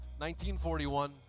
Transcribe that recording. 1941